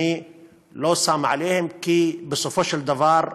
אני לא שם עליהם, כי בסופו של דבר,